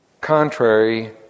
contrary